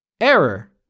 Error